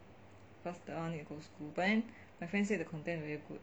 cause the one you need to go school but then my friend say the content very good